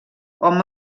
hom